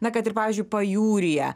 na kad ir pavyzdžiui pajūryje